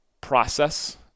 process